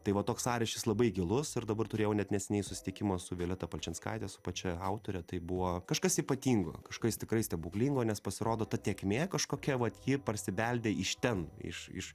tai va toks sąryšis labai gilus ir dabar turėjau net neseniai susitikimą su violeta palčinskaite su pačia autore tai buvo kažkas ypatingo kažkas tikrai stebuklingo nes pasirodo ta tėkmė kažkokia vat ji parsibeldė iš ten iš